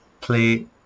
play